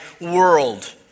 world